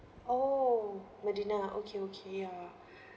oh madina okay okay ya